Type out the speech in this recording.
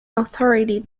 authority